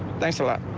thanks a lot.